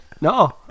No